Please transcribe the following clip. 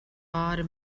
pāri